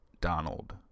Donald